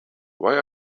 why